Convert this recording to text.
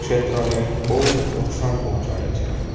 ક્ષેત્રને બહુ નુકસાન પોંહચાડે છે